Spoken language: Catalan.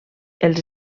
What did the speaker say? els